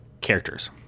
characters